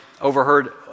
overheard